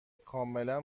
کاملا